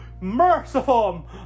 merciful